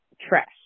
trash